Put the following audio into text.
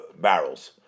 barrels